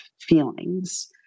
feelings